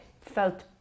felt